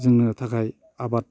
जोंनि थाखाय आबाद